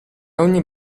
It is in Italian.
ogni